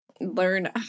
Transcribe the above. learn